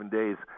days